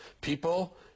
people